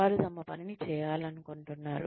వారు తమ పనిని చేయాలనుకుంటున్నారు